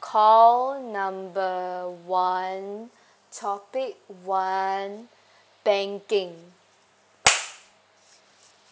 call number one topic one banking